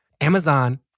Amazon